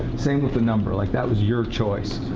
same with the number. like that was your choice.